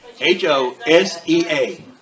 H-O-S-E-A